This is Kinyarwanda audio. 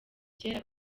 kera